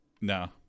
No